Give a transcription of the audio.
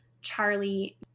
Charlie